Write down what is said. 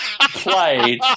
played